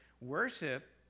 Worship